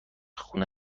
خونه